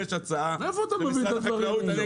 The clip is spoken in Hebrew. מאיפה אתה מביא את הדברים האלה?